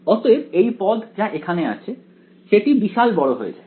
অতএব এই পদ যা এখানে আছে সেটি বিশাল বড় হয়ে যায়